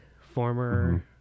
former